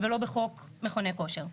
ולא בחוק מכוני כושר.